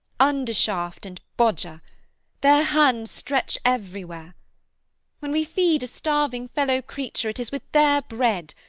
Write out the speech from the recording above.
undershaft and bodger their hands stretch everywhere when we feed a starving fellow creature, it is with their bread,